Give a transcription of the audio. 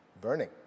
burning